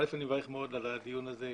מברך מאוד על הדיון הזה,